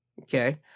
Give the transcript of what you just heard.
Okay